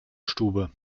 stube